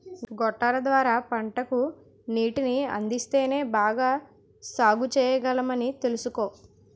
గొట్టాల ద్వార పంటకు నీటిని అందిస్తేనే బాగా సాగుచెయ్యగలమని తెలుసుకో